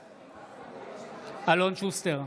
בעד אלון שוסטר,